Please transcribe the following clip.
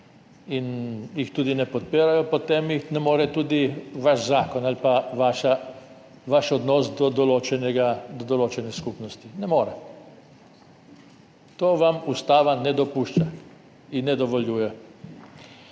in jih tudi ne podpirajo, potem jih ne more tudi vaš zakon ali pa vaš odnos do določene skupnosti. Ne more. To vam ustava ne dopušča in ne dovoljuje.